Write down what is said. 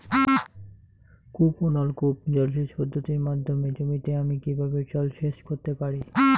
কূপ ও নলকূপ জলসেচ পদ্ধতির মাধ্যমে জমিতে আমি কীভাবে জলসেচ করতে পারি?